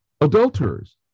adulterers